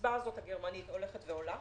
הקצבה הגרמנית הזאת הולכת ועולה